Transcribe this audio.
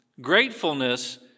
Gratefulness